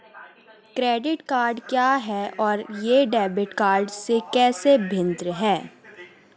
Credit card क्या है और यह डेबिट कार्ड से कैसे भिन्न है?